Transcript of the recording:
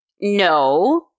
No